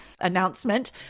announcement